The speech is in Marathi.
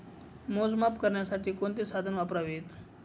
मोजमाप करण्यासाठी कोणती साधने वापरावीत?